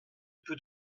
peux